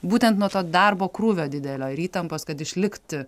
būtent nuo to darbo krūvio didelio ir įtampos kad išlikti